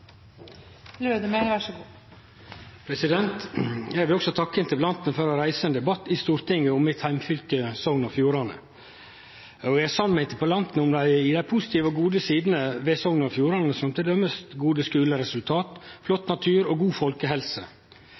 verkemidla tilbake, så vi kan få meir vekst og utvikling. Eg vil også takke interpellanten for å reise ein debatt i Stortinget om mitt heimfylke, Sogn og Fjordane, og eg er samd med interpellanten i dei positive og gode sidene ved Sogn og Fjordane, som t.d. gode skuleresultat, flott natur og god folkehelse.